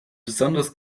besonders